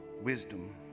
wisdom